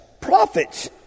prophets